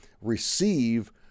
receive